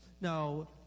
Now